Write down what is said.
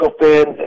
fans